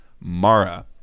Mara